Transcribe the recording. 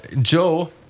Joe